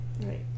Right